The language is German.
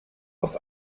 aus